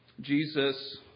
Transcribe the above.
Jesus